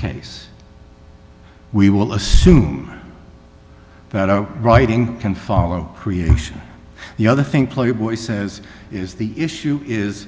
case we will assume that our writing can follow creation the other thing playboy says is the issue is